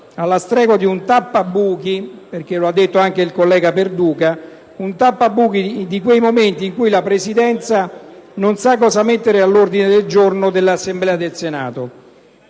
alla stregua di un tappabuchi - lo ha detto anche il collega Perduca - per quei momenti in cui la Presidenza non sa cosa mettere all'ordine del giorno dell'Assemblea del Senato.